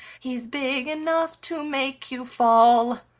he's big enough to make you fall.